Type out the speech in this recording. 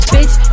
Bitch